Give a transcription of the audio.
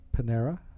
Panera